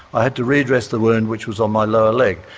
i had to re-dress the wound which was on my lower leg,